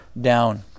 down